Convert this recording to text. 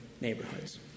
neighborhoods